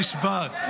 טוב, נשבר.